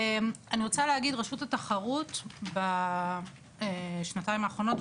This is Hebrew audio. אני רוצה להגיד שרשות התחרות בשנתיים האחרונות,